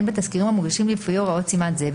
בתסקירים המוגשים לפי ההוראות סימן זה,